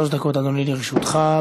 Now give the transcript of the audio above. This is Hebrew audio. שלוש דקות, אדוני, לרשותך.